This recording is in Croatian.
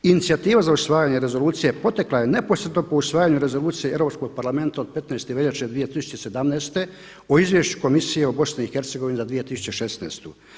Inicijativa za usvajanje rezolucije potekla je neposredno po usvajanju Rezolucije Europskog parlamenta od 15.2.2017. o Izvješću Komisije o BiH za 2016.